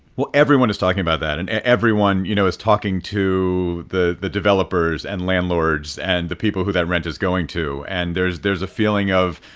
well, everyone is talking about that. and everyone, you know, is talking to the the developers and landlords and the people who that rent is going to. and there's there's a feeling of,